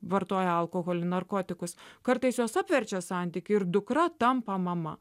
vartoja alkoholį narkotikus kartais jos apverčia santykį ir dukra tampa mama